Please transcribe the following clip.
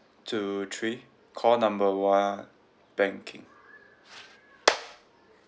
two three call number one banking